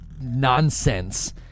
nonsense